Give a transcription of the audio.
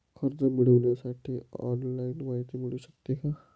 कर्ज मिळविण्यासाठी ऑनलाईन माहिती मिळू शकते का?